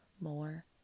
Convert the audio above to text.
more